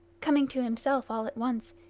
coming to himself all at once,